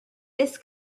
this